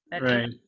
right